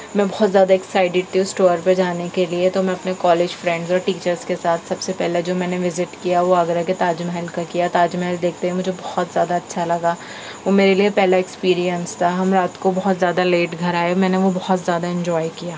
میں بہت زیادہ ایکسائٹڈ تھی اس ٹور پہ جانے کے لئے تو میں اپنے کالج فرینڈز اور ٹیچرس کے ساتھ سب سے پہلا جو میں نے وزٹ کیا وہ آگرہ کے تاج محل کا کیا تاج محل دیکھتے ہی مجھے بہت زیادہ اچھا لگا وہ میرے لئے پہلا ایکسپرئنس تھا ہم رات کو بہت زیادہ لیٹ گھر آئے میں نے وہ بہت زیادہ انجوائے کیا